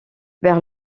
vers